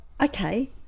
Okay